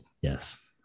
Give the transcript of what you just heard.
Yes